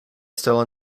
still